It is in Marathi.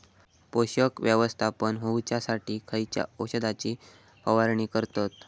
पोषक व्यवस्थापन होऊच्यासाठी खयच्या औषधाची फवारणी करतत?